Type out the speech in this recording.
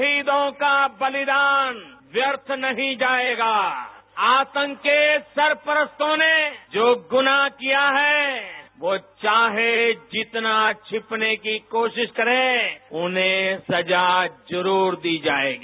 शहीदों का बलिदान व्यर्थ नहीं जाएगा आतंक केसरपरस्तों ने जो गुनाह किया है वो चाहे जितना छिपने की कोशिश करें उन्हें सजा जरूरदी जाएगी